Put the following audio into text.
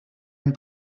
une